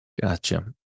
Gotcha